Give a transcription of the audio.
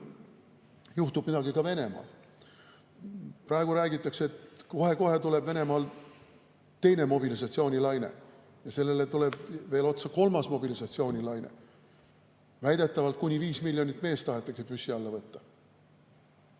juhtub midagi ka Venemaal. Praegu räägitakse, et kohe-kohe tuleb Venemaal teine mobilisatsioonilaine ja sellele tuleb otsa veel kolmas mobilisatsioonilaine. Väidetavalt kuni viis miljonit meest tahetakse püssi alla võtta.